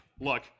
look